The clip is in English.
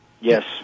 Yes